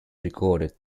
recorded